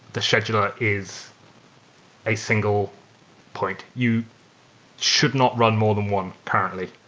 the scheduler is a single point. you should not run more than one currently.